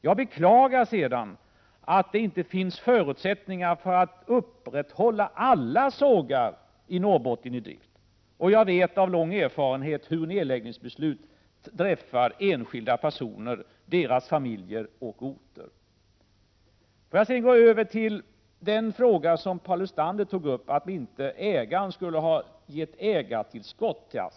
Jag beklagar att det inte finns förutsättningar för att upprätthålla driften vid alla sågar i Norrbotten. Jag vet av lång erfarenhet hur nedläggningsbeslut drabbar enskilda personer, deras familjer — Prot. 1987/88:34 och de orter där de är bosatta. 30 november 1987 Får jag sedan gå över till det som Paul Lestander tog upp, nämligen frågan ASSI:; kli varför ägaren inte har gjort något ägartillskott till ASSI.